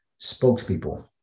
spokespeople